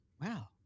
wow